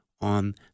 on